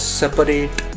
separate